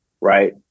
right